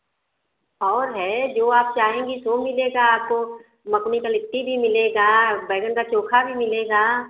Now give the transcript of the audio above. और है जो आप चाहेंगी सो मिलेगा आपको मकुनी की लिट्टी भी मिलेगा बैंगन का चोखा भी मिलेगा